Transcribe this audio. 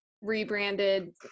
rebranded